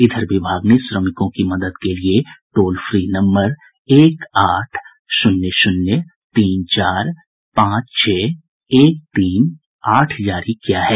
इधर विभाग ने श्रमिकों की मदद के लिए टोल फ्री नम्बर एक आठ शून्य शून्य तीन चार पांच छह एक तीन आठ जारी किया है